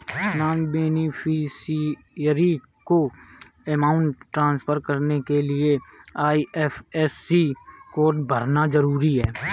non beneficiary को amount transfer करने के लिए आई.एफ.एस.सी कोड भरना जरूरी है